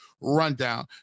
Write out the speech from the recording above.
rundown